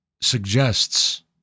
suggests